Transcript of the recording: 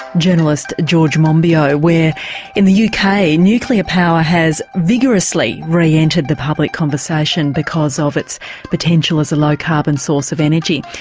journalist george monbiot, where in the uk kind of nuclear power has vigorously re-entered the public conversation because of its potential as a low-carbon source of energy.